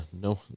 no